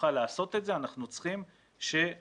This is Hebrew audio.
שנוכל לעשות את זה אנחנו צריכים שכל